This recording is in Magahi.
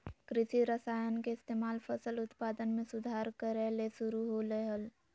कृषि रसायन के इस्तेमाल फसल उत्पादन में सुधार करय ले शुरु होलय हल